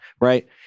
right